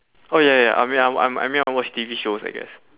oh ya ya I mean I m~ I mean I watch T_V shows I guess